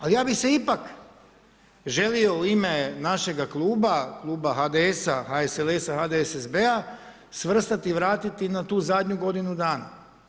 Ali ja bih se ipak želio u ime našega kluba, kluba HDS-a, HSLS-a, HDSSB-a svrstati i vratiti na tu zadnju godinu dana.